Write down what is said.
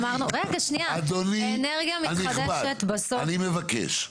אנרגיה מתחדשת --- אדוני הנכבד, אני מבקש.